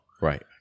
Right